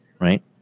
Right